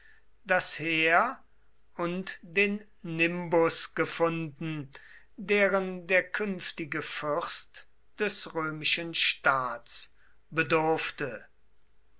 das heer und den nimbus gefunden deren der künftige fürst des römischen staats bedurfte